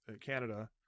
canada